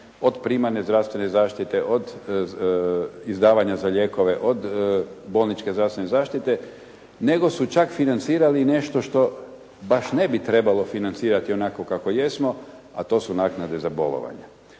od primarne zdravstvene zaštite, od izdavanja za lijekove, od bolničke zdravstvene zaštite nego su čak financirali i nešto što baš ne bi trebalo financirati onako kako jesmo, a to su naknade za bolovanja.